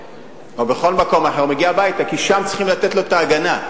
כי שם צריכים לתת לו את ההגנה.